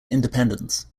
independence